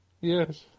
Yes